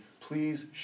Please